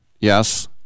Yes